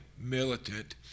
Militant